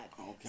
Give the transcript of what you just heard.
okay